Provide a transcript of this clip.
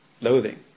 loathing